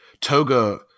toga